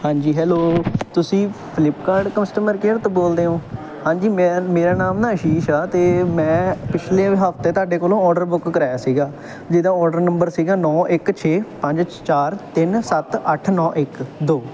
ਹਾਂਜੀ ਹੈਲੋ ਤੁਸੀਂ Flipkart customer care ਤੋਂ ਬੋਲਦੇ ਹੋ ਹਾਂਜੀ ਮੈਂ ਮੇਰਾ ਨਾਮ ਨਾ ਆਸ਼ੀਸ਼ ਆ ਅਤੇ ਮੈਂ ਪਿਛਲੇ ਹਫ਼ਤੇ ਤੁਹਾਡੇ ਕੋਲੋਂ ਆਰਡਰ ਬੁੱਕ ਕਰਾਇਆ ਸੀਗਾ ਜਿਹਦਾ ਆਰਡਰ ਨੰਬਰ ਸੀਗਾ ਨੌਂ ਇੱਕ ਛੇ ਪੰਜ ਚਾਰ ਤਿੰਨ ਸੱਤ ਅੱਠ ਨੌਂ ਇੱਕ ਦੋ